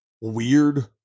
weird